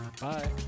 Bye